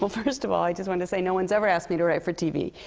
but first of all, i just want to say, no one's ever asked me to write for tv.